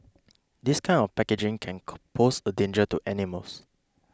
this kind of packaging can call pose a danger to animals